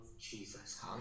Jesus